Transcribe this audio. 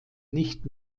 nicht